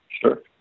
Sure